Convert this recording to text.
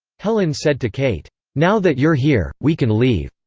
helen said to kate, now that you're here, we can leave.